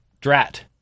drat